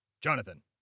Jonathan